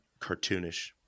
Cartoonish